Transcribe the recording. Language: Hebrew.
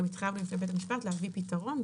התחייבנו בפני בית המשפט להביא פתרון,